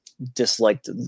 disliked